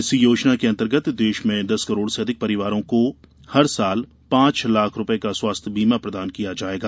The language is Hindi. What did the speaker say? इस योजना के अंतर्गत देश में दस करोड से अधिक परिवारों को हर साल पांच लाख रूपये का स्वास्थ्य बीमा प्रदान किया जायेगा